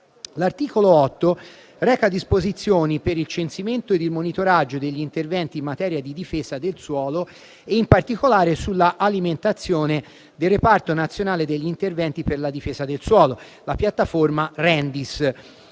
L'articolo 8 reca disposizioni per il censimento e il monitoraggio degli interventi in materia di difesa del suolo, in particolare sull'alimentazione del reparto nazionale degli interventi per la difesa del suolo, la piattaforma del